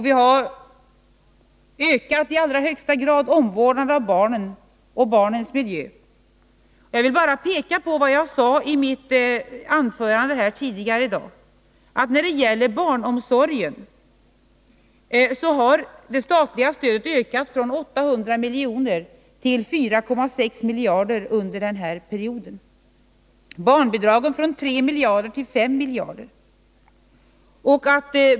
Vi har i allra högsta grad ökat omvårdnaden av barnen och barnens miljö. Jag vill bara peka på vad jag sade i mitt anförande här tidigare i dag: När det gäller barnomsorgen har det statliga stödet ökat från 800 miljoner till 4,6 miljarder under denna period, barnbidragen från 3 miljarder till 5 miljarder.